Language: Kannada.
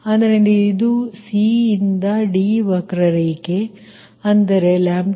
ಆದ್ದರಿಂದ ಇದು C ಯಿಂದ D ವಕ್ರರೇಖೆ ಅಂದರೆ λ 73